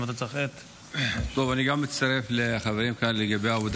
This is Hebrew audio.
גם אני מצטרף לחברים כאן לגבי העבודה